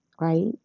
right